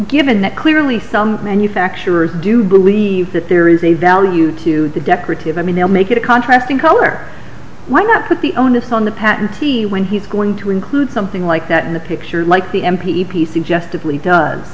given that clearly some manufacturers do believe that there is a value to the decorative i mean they'll make it a contrast in color why not put the onus on the patentee when he's going to include something like that in the picture like the m p e piece ingested leaf does